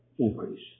Increase